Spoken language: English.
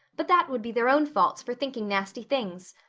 but that would be their own faults for thinking nasty things.